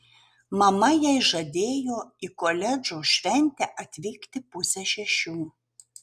mama jai žadėjo į koledžo šventę atvykti pusę šešių